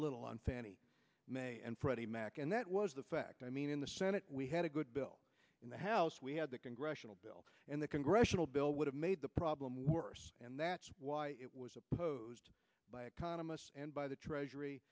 little on fannie mae and freddie mac and that was the fact i mean in the senate we had a good bill in the house we had the congressional bill and the congressional bill would have made the problem worse and that's why it was opposed by economists and by the treasury